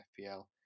FPL